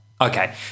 okay